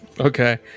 Okay